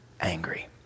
angry